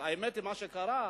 האמת היא, מה שקרה,